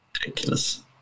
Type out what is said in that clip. ridiculous